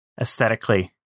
aesthetically